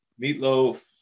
Meatloaf